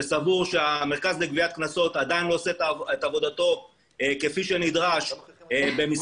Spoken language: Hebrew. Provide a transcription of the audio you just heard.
שסבור שהמרכז לגביית קנסות עדיין לא עושה את עבודתו כפי שנדרש במשרדי